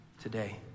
today